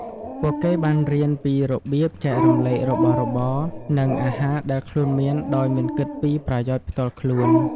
ពួកគេបានរៀនពីរបៀបចែករំលែករបស់របរ និងអាហារដែលខ្លួនមានដោយមិនគិតពីប្រយោជន៍ផ្ទាល់ខ្លួន។